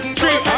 three